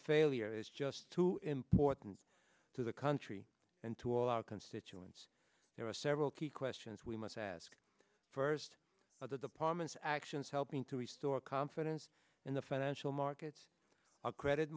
failure is just too important to the country and to our constituents there are several key questions we must ask first other departments actions helping to restore confidence in the financial markets our credit